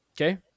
Okay